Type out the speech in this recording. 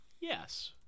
Yes